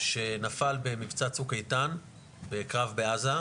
שנפל במבצע צוק איתן בקרב בעזה,